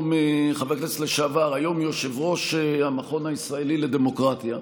שהוא היום יושב-ראש המכון הישראלי לדמוקרטיה,